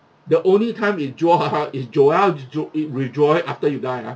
the only time withdraw ah is draw ah is withdraw it after you die ah